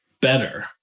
better